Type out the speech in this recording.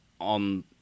on